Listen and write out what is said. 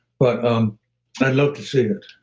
but um i'd love to see it.